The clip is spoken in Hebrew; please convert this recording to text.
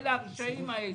אלה הרשעים האלה,